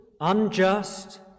unjust